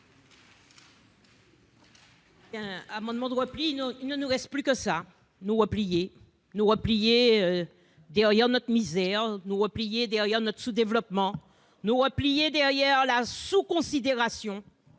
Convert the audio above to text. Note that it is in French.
d'un amendement de repli, car il ne nous reste plus que ça : nous replier derrière notre misère, nous replier derrière notre sous-développement, nous replier derrière la sous-considération,